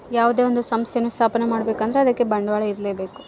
ಯಾವುದೇ ಒಂದು ಸಂಸ್ಥೆಯನ್ನು ಸ್ಥಾಪನೆ ಮಾಡ್ಬೇಕು ಅಂದ್ರೆ ಅದಕ್ಕೆ ಬಂಡವಾಳ ಇರ್ಲೇಬೇಕು